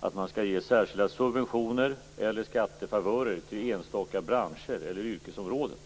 att man skall ge särskilda subventioner eller skattefavörer till enstaka branscher eller yrkesområden.